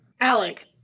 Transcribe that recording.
Alec